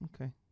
okay